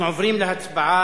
אנחנו עוברים להצבעה